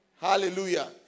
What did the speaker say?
Hallelujah